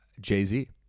Jay-Z